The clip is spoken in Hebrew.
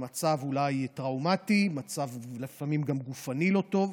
אולי במצב טראומטי, לפעמים גם במצב גופני לא טוב,